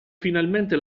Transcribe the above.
finalmente